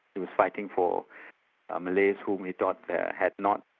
he was fighting for ah malays who he thought had not,